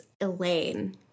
Elaine